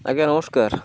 ଆଜ୍ଞା ନମସ୍କାର